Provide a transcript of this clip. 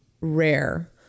rare